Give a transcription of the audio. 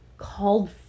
Called